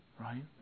right